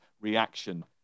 reaction